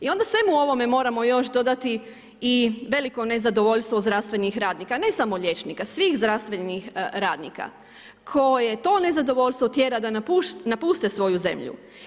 I onda svemu ovome moramo još dodati i veliko nezadovoljstvo zdravstvenih radnika, ne samo liječnika, svih zdravstvenih radnika koje to nezadovoljstvo tjera da napuste svoju zemlju.